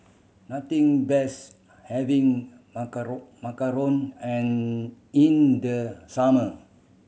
nothing best having macaron and in the summer